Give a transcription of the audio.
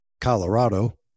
colorado